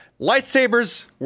lightsabers